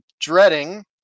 dreading